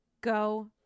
Go